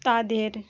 তাদের